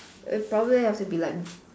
it probably has to be like